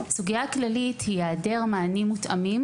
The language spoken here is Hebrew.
הסוגיה הכללית היא היעדר מענים מותאמים